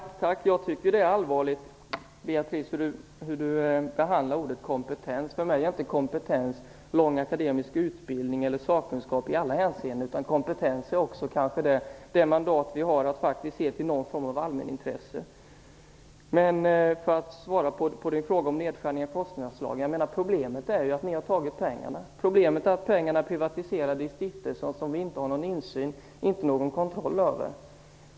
Herr talman! Jag tycker att det är allvarligt hur Beatrice Ask behandlar ordet kompetens. För mig är inte kompetens lång akademisk utbildning eller sakkunskap i alla hänseenden, utan kompetens är kanske också det mandat vi har att faktiskt se till någon form av allmänintresse. Låt mig svara på Beatrice Asks fråga om nedskärningar i forskningsanslagen. Problemet är att ni har tagit pengarna. Problemet är att pengarna är privatiserade i stiftelser som vi inte har någon insyn i eller någon kontroll över.